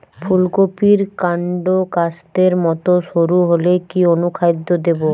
ফুলকপির কান্ড কাস্তের মত সরু হলে কি অনুখাদ্য দেবো?